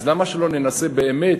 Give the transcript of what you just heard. אז למה שלא ננסה באמת?